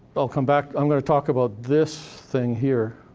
i'll come back i'm gonna talk about this thing here.